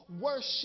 Worship